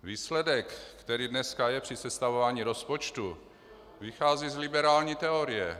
Výsledek, který dneska je při sestavování rozpočtu, vychází z liberální teorie.